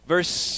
Verse